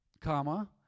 comma